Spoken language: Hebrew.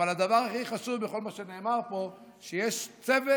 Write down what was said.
אבל הדבר הכי חשוב בכל מה שנאמר פה הוא שיש צוות